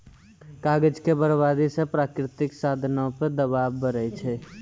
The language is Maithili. कागज के बरबादी से प्राकृतिक साधनो पे दवाब बढ़ै छै